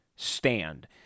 stand